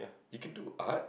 you can do Art